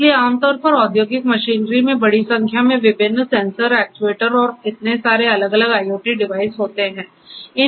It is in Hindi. इसलिए आम तौर पर औद्योगिक मशीनरी में बड़ी संख्या में विभिन्न सेंसर एक्ट्यूएटर और इतने सारे अलग अलग IoT डिवाइस होते हैं